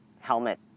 Helmet